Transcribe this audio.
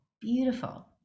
Beautiful